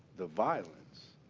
the violence.